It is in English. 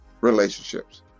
relationships